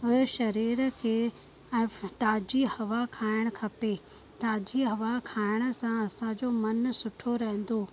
पूरे शरीर खे ऐं ताज़ी हवा खाइणु खपे ताज़ी हवा खाइण सां असांजो मनु सुठो रहंदो